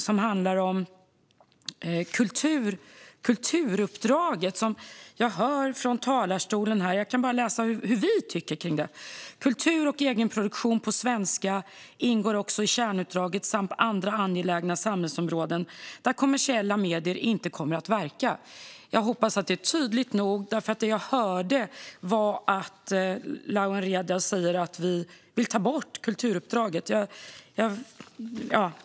Så här tycker vi om kulturuppdraget: "Kultur och egenproduktion på svenska ingår också i kärnuppdraget samt andra angelägna samhällsområden där kommersiella medier inte kommer att verka." Jag hoppas att det är tydligt nog. Det jag hörde var att Lawen Redar sa att vi vill ta bort kulturuppdraget.